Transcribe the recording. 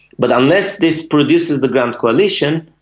but unless this produces the grand coalition,